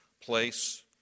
place